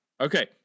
Okay